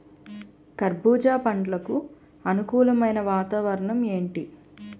కర్బుజ పండ్లకు అనుకూలమైన వాతావరణం ఏంటి?